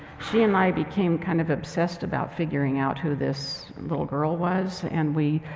she and i became kind of obsessed about figuring out who this little girl was. and we